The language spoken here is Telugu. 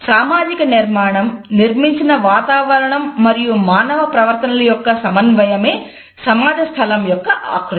సామాజిక నిర్మాణం నిర్మించిన వాతావరణం మరియు మానవ ప్రవర్తనల యొక్క సమన్వయమే సమాజ స్థలం యొక్క ఆకృతి